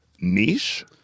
niche